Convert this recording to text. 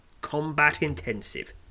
combat-intensive